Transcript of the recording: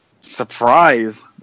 Surprise